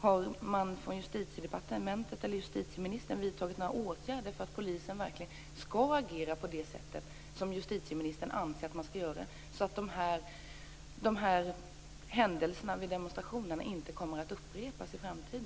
Har man från justitieministern eller Justitiedepartementet vidtagit några åtgärder för att polisen verkligen skall agera på det sätt som justitieministern anser att man skall göra, så att dessa händelser vid demonstrationerna inte kommer att upprepas i framtiden?